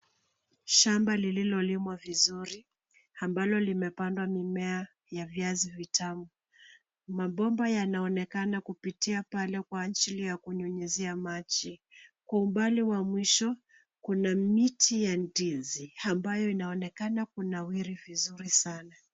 Shamba lililolimwa vizuri ambalo limepandwa mimea ya viazi vitamu. Mabomba yanaonekana kupitia pale kwa ajili ya kunyunyuzia maji. Kwa umbali wa mwisho, kuna miti ya ndizi ambayo inaonekana kunawiri vizuri sana.